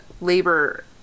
labor